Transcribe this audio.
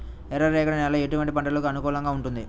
ఎర్ర రేగడి నేల ఎటువంటి పంటలకు అనుకూలంగా ఉంటుంది?